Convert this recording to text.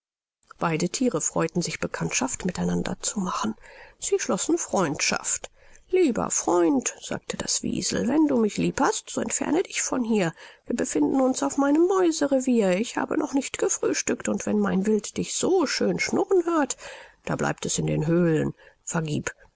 beide thiere freuten sich bekanntschaft mit einander zu machen sie schlossen freundschaft lieber freund sagte das wiesel wenn du mich lieb hast so entferne dich von hier wir befinden uns auf meinem mäuserevier ich habe noch nicht gefrühstückt und wenn mein wild dich so schön schnurren hört da bleibt es in den höhlen vergieb